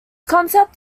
concept